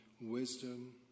wisdom